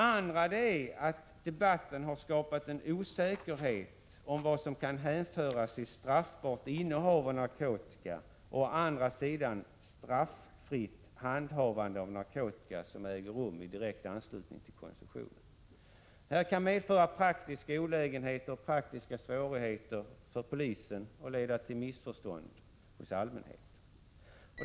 För det andra har debatten skapat osäkerhet om vad som kan hänföras till å ena sidan straffbart innehav av narkotika och å andra sidan straffritt handhavande av narkotika som äger rum i direkt anslutning till konsumtion. Detta kan medföra praktiska olägenheter och svårigheter för polisen och leda till missförstånd hos allmänheten.